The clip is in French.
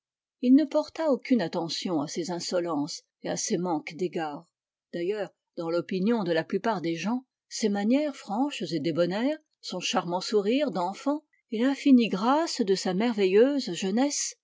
il ne porta aucune attention à ces insolences et à ces manques d'égards d'ailleurs dans l'opinion de la plupart des gens ses manières franches et débonnaires son charmant sourire d'enfant et l'infinie grâce de sa merveilleuse jeunesse